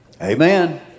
Amen